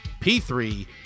P3